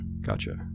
gotcha